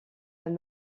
elle